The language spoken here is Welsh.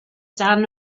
dan